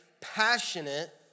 passionate